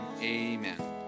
amen